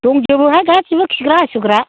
दंजोबोहाय गासैबो खिग्रा हासुग्रा